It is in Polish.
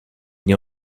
nie